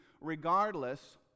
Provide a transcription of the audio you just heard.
Regardless